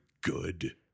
good